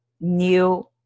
new